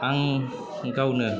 आं गावनो